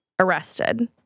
arrested